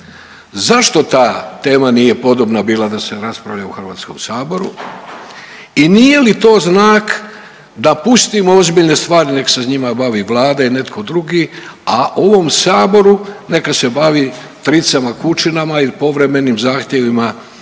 Zašto ta tema nije podobna bila da se raspravlja u HS i nije li to znak da pustimo ozbiljne stvari nek se njima bavi Vlada i netko drugi, a ovom saboru neka se bavi tricama i kučinama il povremenim zahtjevima